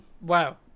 Wow